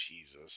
Jesus